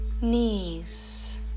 knees